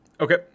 Okay